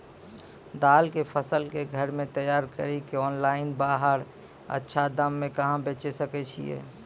दाल के फसल के घर मे तैयार कड़ी के ऑनलाइन बाहर अच्छा दाम मे कहाँ बेचे सकय छियै?